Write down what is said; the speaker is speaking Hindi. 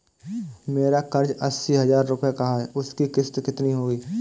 मेरा कर्ज अस्सी हज़ार रुपये का है उसकी किश्त कितनी होगी?